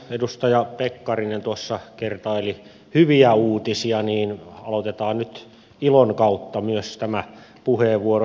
edustaja pekkarinen tuossa kertaili hyviä uutisia ja aloitetaan nyt ilon kautta myös tämä puheenvuoro